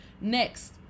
Next